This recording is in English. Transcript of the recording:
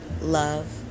love